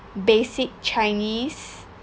basic chinese